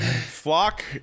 flock